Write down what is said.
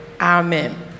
Amen